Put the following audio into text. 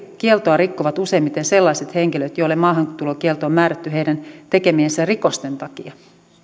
kieltoa rikkovat useimmiten sellaiset henkilöt joille maahantulokielto on määrätty heidän tekemiensä rikosten takia